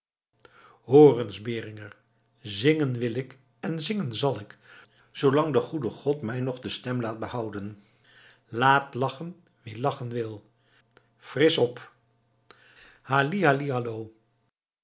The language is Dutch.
eens beringer zingen wil ik en zingen zal ik zoolang de goede god mij nog de stem laat behouden laat lachen wie lachen wil frisch op halli halli hallo